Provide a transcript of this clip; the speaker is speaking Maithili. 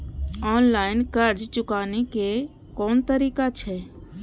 ऑनलाईन कर्ज चुकाने के कोन तरीका छै?